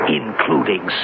including